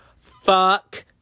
fuck